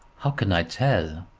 how can i tell?